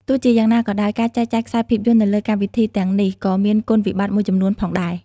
ទោះជាយ៉ាងណាក៏ដោយ ការចែកចាយខ្សែភាពយន្តនៅលើកម្មវិធីទាំងនេះក៏មានគុណវិបត្តិមួយចំនួនផងដែរ។